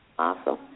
Awesome